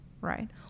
right